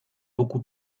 beaucoup